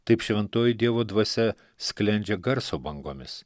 taip šventoji dievo dvasia sklendžia garso bangomis